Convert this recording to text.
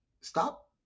Stop